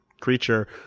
creature